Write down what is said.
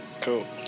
cool